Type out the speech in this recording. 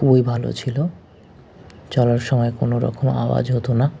খুবই ভালো ছিলো চলার সময় কোনো রকম আওয়াজ হতো না